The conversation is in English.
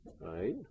right